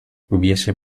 hubiese